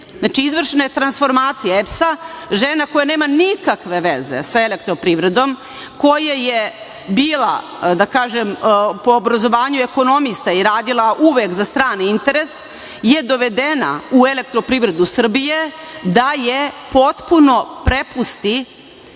Znači, izvršena je transformacija EPS-a, žena koja nema nikakve veze sa elektroprivredom, koja je bila, da kažem po obrazovanju ekonomista i radila uvek za strani interes je dovedena u EPS da je potpuno prepusti